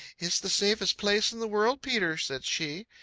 it's the safest place in the world, peter, said she.